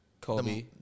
kobe